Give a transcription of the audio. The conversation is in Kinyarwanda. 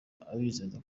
abizeza